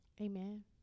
Amen